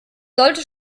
sollte